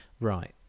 Right